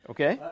Okay